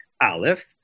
Aleph